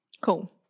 Cool